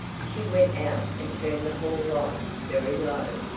she went out and turned the hall light very low.